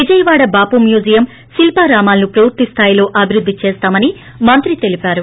Vijayawada Bapu museum శిల్పారామాలను పూర్తి స్థాయిలో అభివృద్ధి చేస్తామని మంత్రి తెలిపారు